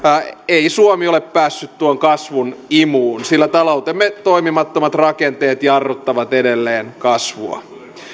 ei suomi ole päässyt tuon kasvun imuun sillä taloutemme toimimattomat rakenteet jarruttavat edelleen kasvua